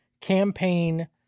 campaign